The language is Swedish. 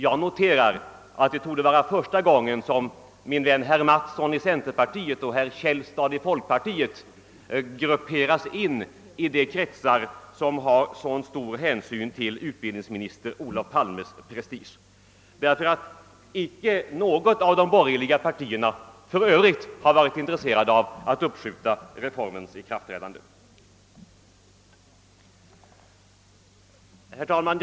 Jag noterar att det torde vara första gången som herr Mattsson i centerpartiet och herr Källstad i folkpartiet grupperas in i de kretsar som tar så stor hänsyn till utbildningsminister Olof Palmes prestige. Inget av de övriga borgerliga partierna har varit intresserat av att skjuta upp reformens ikraftträdande. Herr talman!